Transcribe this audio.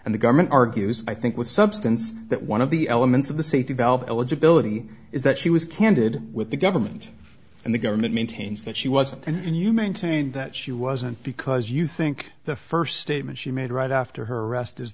and the government argues i think with substance that one of the elements of the safety valve eligibility is that she was candid with the government and the government maintains that she wasn't and you maintained that she wasn't because you think the first statement she made right after her arrest